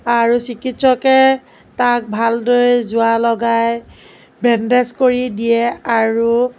আৰু চিকিৎসকে তাক ভালদৰে জোৰা লগাই বেণ্ডেজ কৰি দিয়ে আৰু